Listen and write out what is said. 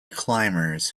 climbers